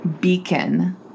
beacon